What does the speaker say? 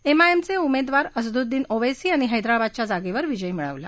एमआयएमचे उमेदवार असदुद्दीन ओवेसी यांनी हैदराबादच्या जागेवर विजय मिळवला